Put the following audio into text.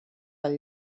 del